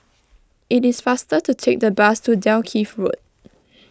it is faster to take the bus to Dalkeith Road